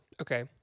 Okay